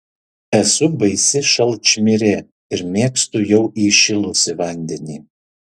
esu baisi šalčmirė ir mėgstu jau įšilusį vandenį